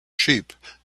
sheep